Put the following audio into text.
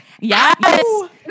Yes